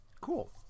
cool